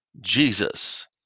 Jesus